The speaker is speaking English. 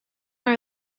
our